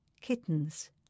Kittens